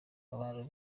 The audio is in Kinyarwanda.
abantu